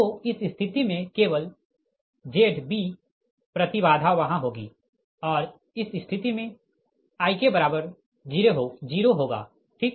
तो इस स्थिति में केवल Zb प्रति बाधा वहाँ होगी और इस स्थिति में Ik0 होगा ठीक